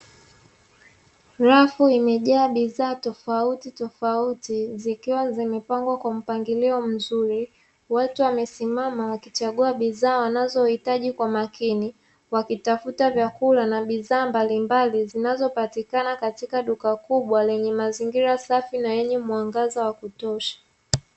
Rafu imejaa bidhaa tofauti tofauti zikiwa zimepangwa kwa mpangilio mzuri, watu wamesimama wakichagua bidhaa wanazohitaji kwa makini wakitafuta vyakula na bidhaa mbalimbali zinazopatikana katika duka kubwa lenye mazingira safi na yenye mwangaza wa kutosha.